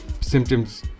symptoms